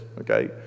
okay